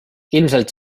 ilmselt